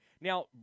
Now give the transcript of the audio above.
now